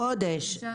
בחודש.